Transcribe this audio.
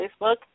Facebook